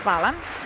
Hvala.